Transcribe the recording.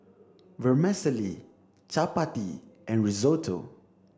vermicelli chapati and risotto